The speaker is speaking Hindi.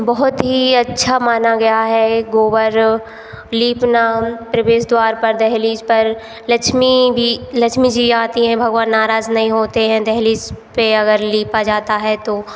बहुत ही अच्छा माना गया है गोबर लीपना प्रवेश द्वार पर दहलीज़ पर लक्ष्मी भी लक्ष्मी जी आती हैं भगवान नाराज़ नहीं होते है दहलीज़ पर अगर लीपा जाता है तो